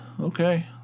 okay